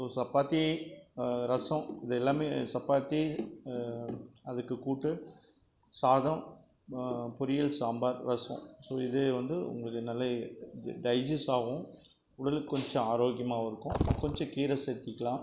so சப்பாத்தி ரசம் இது எல்லாமே சப்பாத்தி அதுக்கு கூட்டு சாதம் பொரியல் சாம்பார் ரசம் ஸோ இது வந்து உங்களுக்கு நல்ல இது டைஜிஸ்ட் ஆகும் உடலுக்கு கொஞ்சம் ஆரோக்கியமாகவும் இருக்கும் கொஞ்சம் கீரை சேர்த்திக்கிலாம்